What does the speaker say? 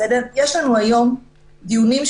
יש לנו היום דיונים,